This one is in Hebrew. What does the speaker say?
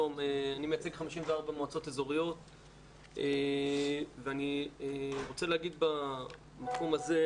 אני מייצג 54 מועצות אזוריות ואני רוצה להגיד בתחום הזה,